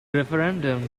referendum